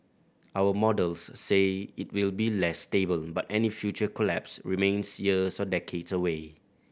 our models say it will be less stable but any future collapse remains years or decades away